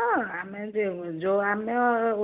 ହଁ ଆମେ ଯେଉ ଯୋଉ ଆମେ